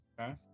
okay